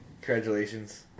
congratulations